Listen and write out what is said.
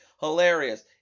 Hilarious